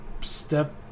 step